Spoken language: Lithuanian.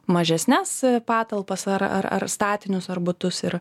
mažesnes patalpas ar ar ar statinius ar butus ir